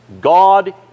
God